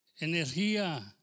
Energía